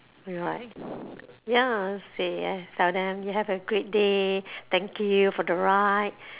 right ya say yes tell them you have a great day thank you for the ride